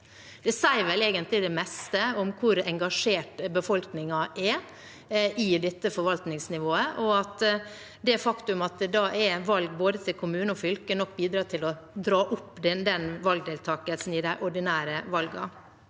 Det sier vel egentlig det meste om hvor engasjert befolkningen er i dette forvaltningsnivået, og at det faktum at det er valg til både kommune og fylke, nok bidrar til å dra opp den valgdeltakelsen i de ordinære valgene.